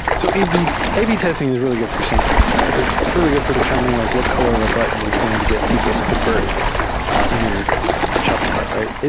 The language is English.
so ab ab testing is really good for something, right? it's really good for determining like what color of a button is going to get people to convert in your shopping cart, right?